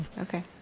Okay